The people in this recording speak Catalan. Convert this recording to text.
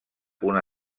una